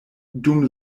dum